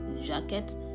jacket